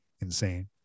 insane